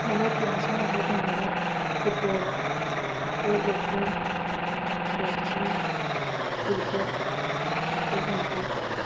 ꯚꯥꯔꯠꯀꯤ ꯃꯁꯥꯟꯅ ꯈꯔ ꯄꯟꯕꯗ football weightlifting boxing cricket badminton